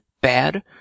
bad